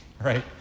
right